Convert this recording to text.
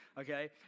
okay